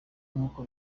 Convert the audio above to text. nkuko